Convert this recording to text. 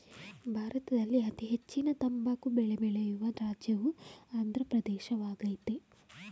ಭಾರತದಲ್ಲಿ ಅತೀ ಹೆಚ್ಚಿನ ತಂಬಾಕು ಬೆಳೆ ಬೆಳೆಯುವ ರಾಜ್ಯವು ಆಂದ್ರ ಪ್ರದೇಶವಾಗಯ್ತೆ